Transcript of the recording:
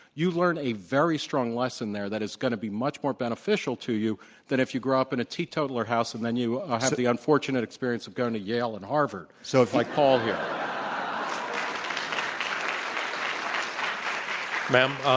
you learn a very strong lesson there that is going to be much more beneficial to you than if you grow up in a teetotaler house and then you ah have the unfortunate experience of going to yale and harvard so like paul here. um ah